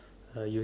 uh you